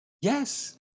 Yes